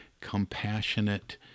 compassionate